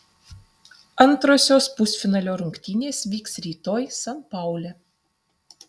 antrosios pusfinalio rungtynės vyks rytoj san paule